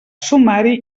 sumari